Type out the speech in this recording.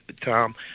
Tom